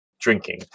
drinking